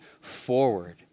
forward